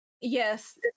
Yes